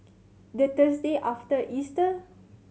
the Thursday after Easter